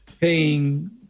paying